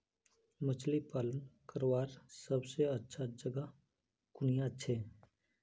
मछली पालन करवार सबसे अच्छा जगह कुनियाँ छे?